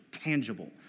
Tangible